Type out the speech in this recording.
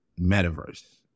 metaverse